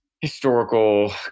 historical